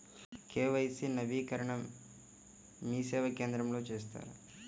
KYC నవీకరణని మీసేవా కేంద్రం లో చేస్తారా?